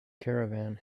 caravan